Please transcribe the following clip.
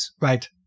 Right